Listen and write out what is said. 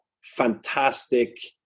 fantastic